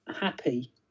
happy